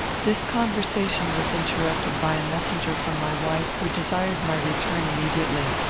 this conversation was interrupted by a messenger from my wife, who desired my return immediately.